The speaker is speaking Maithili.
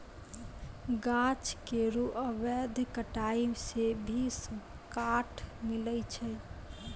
गाछ केरो अवैध कटाई सें भी काठ मिलय छै